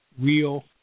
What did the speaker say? real